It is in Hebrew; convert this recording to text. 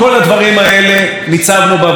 חבריי באופוזיציה ואני,